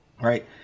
Right